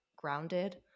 grounded